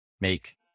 make